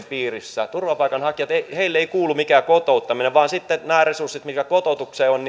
piirissä heille ei kuulu mikään kotouttaminen vaan nämä resurssit mitkä kotoutukseen on